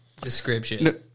Description